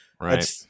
Right